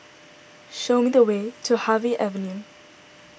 show me the way to Harvey Avenue